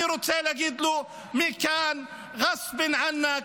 אני רוצה להגיד לו מכאן: רסבן ענכ,